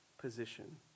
position